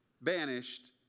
banished